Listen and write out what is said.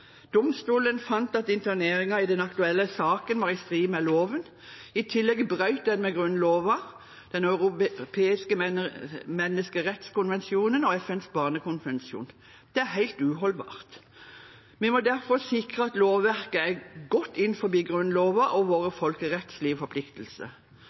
Domstolen fant at interneringen i den aktuelle saken var i strid med loven. I tillegg brøt den med Grunnloven, Den europeiske menneskerettskonvensjonen og FNs barnekonvensjon. Det er helt uholdbart. Vi må derfor sikre at lovverket er godt innenfor Grunnloven og